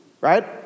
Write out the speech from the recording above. Right